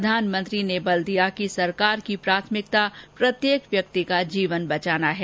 प्रधानमंत्री ने बल दिया कि सरकार की प्राथमिकता प्रत्येक व्यक्ति का जीवन बचाना है